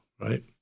right